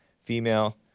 female